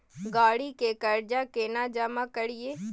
गाड़ी के कर्जा केना जमा करिए?